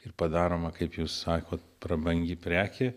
ir padaroma kaip jūs sakot prabangi prekė